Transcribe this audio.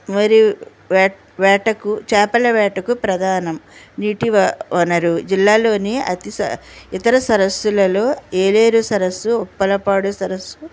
మరియు వేట వేటకు చేపల వేటకు ప్రధానం నీటి వనరు జిల్లాలోని అతి ఇతర సరస్సులలో ఏలేరు సరస్సు ఉప్పలపాడు సరస్సు